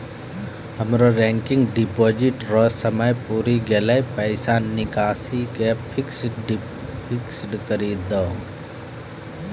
हमरो recurring deposit रो समय पुरी गेलै पैसा निकालि के फिक्स्ड करी दहो